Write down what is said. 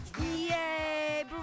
Yay